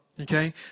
Okay